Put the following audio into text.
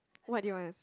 what do you want